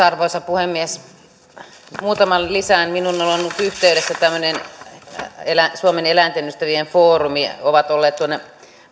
arvoisa puhemies muutaman asian lisään minuun on ollut yhteydessä tämmöinen suomen eläintenystävien foorumi ovat olleet tuonne